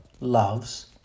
loves